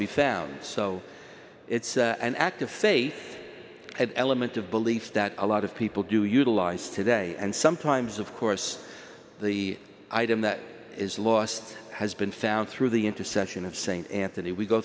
be found so it's an act of faith element of belief that a lot of people do utilize today and sometimes of course the item that is lost has been found through the intercession of st anthony we go